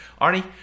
Arnie